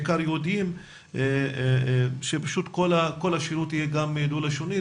מעורבים, שפשוט כל השירות יהיה גם דו-לשוני.